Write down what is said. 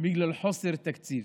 בגלל חוסר תקציב.